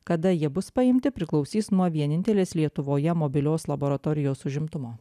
kada jie bus paimti priklausys nuo vienintelės lietuvoje mobilios laboratorijos užimtumo